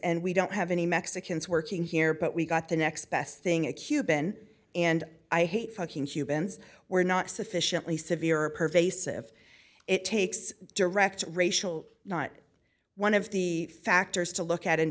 and we don't have any mexicans working here but we got the next best thing a cuban and i hate fucking cubans were not sufficiently severe or pervasive it takes direct racial not one of the factors to look at in